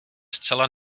zcela